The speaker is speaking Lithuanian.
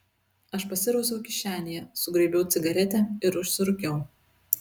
aš pasirausiau kišenėje sugraibiau cigaretę ir užsirūkiau